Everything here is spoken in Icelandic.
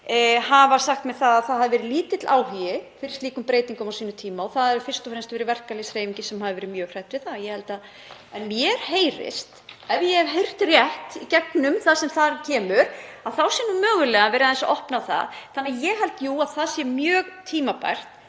hafa sagt mér að lítill áhugi hafi verið fyrir slíkum breytingum á sínum tíma og það hafi fyrst og fremst verið verkalýðshreyfingin sem hefði verið mjög hrædd við það. En mér heyrist, ef ég hef heyrt rétt í gegnum það sem þar kemur, að mögulega sé verið að opna á það. Þannig að ég held jú að það sé mjög tímabært